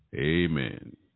Amen